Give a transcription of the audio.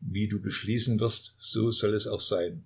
wie du beschließen wirst so soll es auch sein